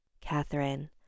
Catherine